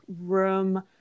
room